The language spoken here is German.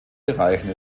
bereichen